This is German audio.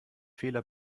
fehler